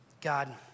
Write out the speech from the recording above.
God